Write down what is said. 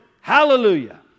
Hallelujah